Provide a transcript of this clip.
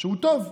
שהוא טוב.